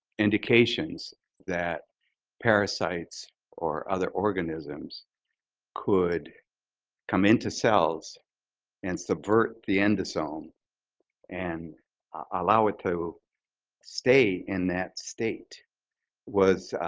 indications that parasites or other organisms could come into cells and subvert the endosome and allow it to stay in that state was